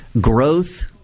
growth